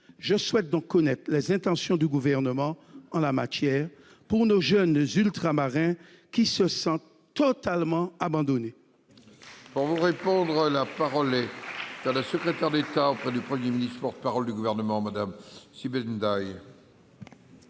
Je souhaite donc connaître les intentions du Gouvernement en la matière pour nos jeunes ultramarins, qui se sentent totalement abandonnés.